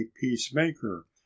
peacemaker